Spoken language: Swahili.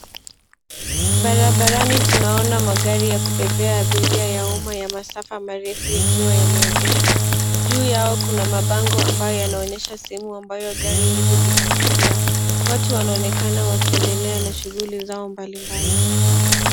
Barabarani tunaona ya magari ya kubebea abiria ya umma ya masafa marefu yakiwa yameegeshwa. Juu yao kuna mabango ambayo yanaonyesha sehemu ambayo gari hizi zitapitia. Watu wanaonekana wakiendelea na shughuli zao mbalimbali.